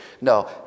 No